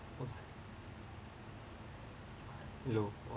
both low oh